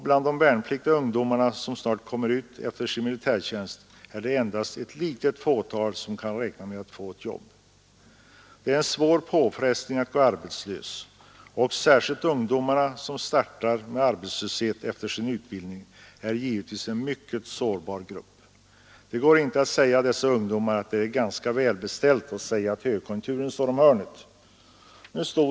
Bland den värnpliktiga ungdomen som snart kommer ut efter sin militärtjänst är det endast ett litet fåtal som kan räkna med att få ett jobb. Det är en svår påfrestning att gå arbetslös. Särskilt ungdomar som startar med arbetslöshet efter sin utbildning är givetvis en mycket sårbar grupp. Det går inte att säga till dessa ungdomar att allt är ganska välbeställt och att högkonjunkturen står om hörnet.